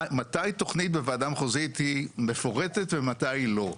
מתי תוכנית בוועדה מחוזית היא מפורטת ומי היא לא.